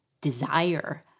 desire